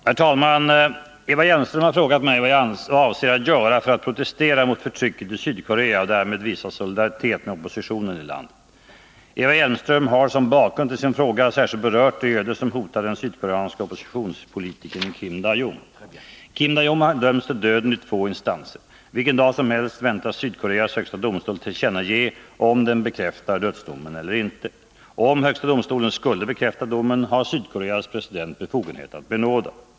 Herr talman! Eva Hjelmström har frågat mig vad jag avser att göra för att protestera mot förtrycket i Sydkorea och därmed visa solidaritet med oppositionen i landet. Eva Hjelmström har som bakgrund till sin fråga särskilt berört det öde som hotar den sydkoreanske oppositionspolitikern Kim Dae-Jung. Kim Dae Jung har dömts till döden i två instanser. Vilken dag som helst väntas Sydkoreas högsta domstol tillkännage om den bekräftar dödsdomen eller inte. Om högsta domstolen skulle bekräfta domen, har Sydkoreas president Chun Doo-Hwan befogenhet att benåda.